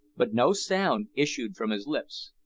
but no sound issued from his lips.